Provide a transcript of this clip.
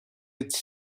its